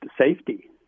safety